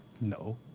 No